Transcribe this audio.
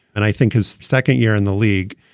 and i think his second year in the league,